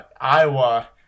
Iowa